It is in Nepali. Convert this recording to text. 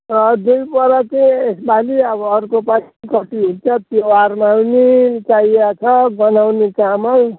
अँ दुई बोरा चाहिँ यसपालि अब अर्कोपालि कति हुन्छ तिहारमा पनि चाहिएको छ गनाउने चामल